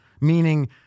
meaning